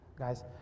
guys